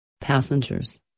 Passengers